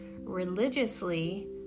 religiously